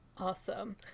Awesome